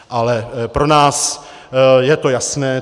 Ale pro nás je to jasné.